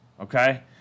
Okay